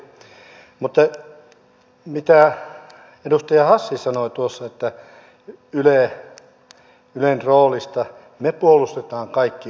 mutta mitä edustaja hassi sanoi tuossa ylen roolista me puolustamme kaikki yleä